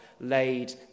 laid